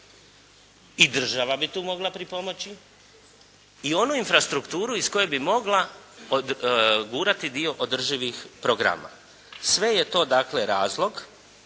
i država bi tu mogla pripomoći, i onu infrastrukturu iz koje bi mogla odgurati dio održivih programa. Sve je to, dakle, razlog